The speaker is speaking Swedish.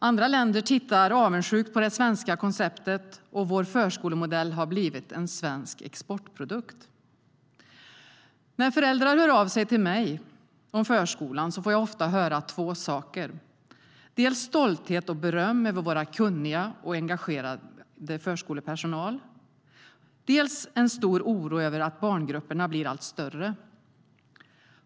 Andra länder tittar avundsjukt på det svenska konceptet, och vår förskolemodell har blivit en svensk exportprodukt. När föräldrar hör av sig till mig om förskolan får jag ofta höra två saker: dels stolthet och beröm över vår kunniga och engagerade förskolepersonal, dels en stor oro över att barngrupperna blir allt större.